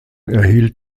erhielt